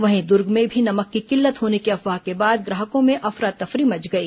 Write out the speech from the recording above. वहीं दुर्ग में भी नमक की किल्लत होने की अफवाह के बाद ग्राहकों में अफरा तफरी मच गई